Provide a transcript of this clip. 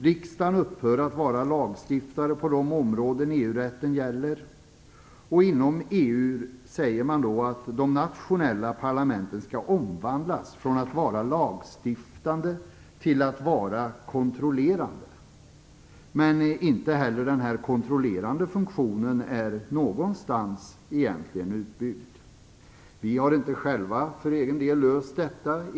Riksdagen upphör att vara lagstiftare på de områden där EU-rätten gäller. Inom EU säger man att de nationella parlamenten skall omvandlas från att vara lagstiftande till att vara kontrollerande. Men inte heller den kontrollerande funktionen är egentligen utbyggd någonstans. För vår egen del har vi inte själva löst detta.